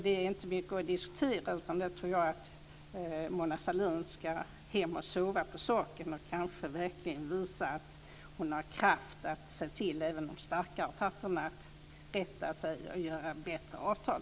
Det är inte mycket att diskutera, utan jag tror att Mona Sahlin ska gå hem och sova på saken och verkligen visa att hon har kraft att se till att även de starka parterna bättrar sig och sluter bättre avtal.